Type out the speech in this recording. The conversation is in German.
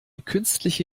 künstliche